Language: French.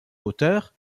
hauteur